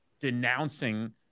denouncing